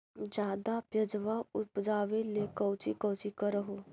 ज्यादा प्यजबा उपजाबे ले कौची कौची कर हो?